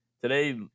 Today